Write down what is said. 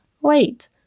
Wait